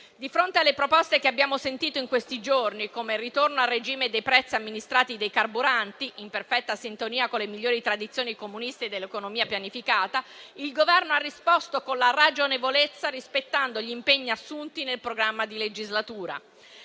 Di fronte alle proposte che abbiamo sentito in questi giorni, come il ritorno al regime dei prezzi amministrati dei carburanti, in perfetta sintonia con le migliori tradizioni comuniste dell'economia pianificata, il Governo ha risposto con la ragionevolezza rispettando gli impegni assunti nel programma di legislatura.